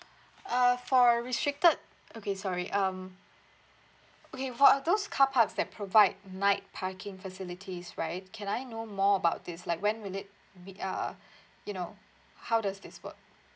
uh for restricted okay sorry um okay for uh those car parks that provide night parking facilities right can I know more about this like when will it be uh you know how does this work